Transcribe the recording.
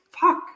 fuck